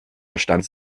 verstand